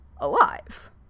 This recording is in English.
alive